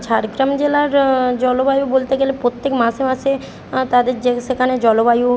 ঝাড়গ্রাম জেলার জলবায়ু বলতে গেলে প্রত্যেক মাসে মাসে তাদের যে সেখানে জলবায়ু